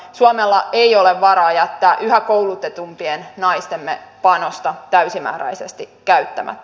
suomella ei ole varaa jättää yhä koulutetumpien naistemme panosta täysimääräisesti käyttämättä